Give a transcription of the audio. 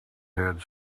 had